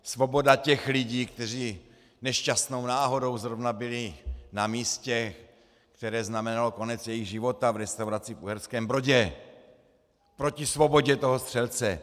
Svoboda těch lidí, kteří nešťastnou náhodou zrovna byli na místě, které znamenalo konec jejich života, v restauraci v Uherském Brodě, proti svobodě toho střelce.